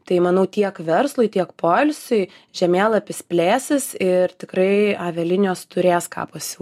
tai manau tiek verslui tiek poilsiui žemėlapis plėsis ir tikrai avia linijos turės ką pasiūlyt